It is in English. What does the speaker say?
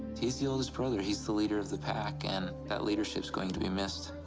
he's the oldest brother, he's the leader of the pack, and that leadership is going to be missed.